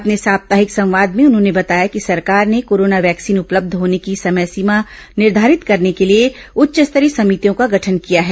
अपनें साप्ताहिक संवाद में उन्होंने बताया कि सरकार ने कोरोना वैक्सीन उपलब्ध होने की समय सीमा निर्धारित करने के लिए उच्च स्तरीय समितियों का गठन किया है